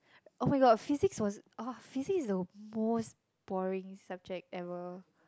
oh-my-god physics was physics is the most boring subject ever